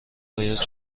باید